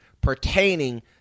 pertaining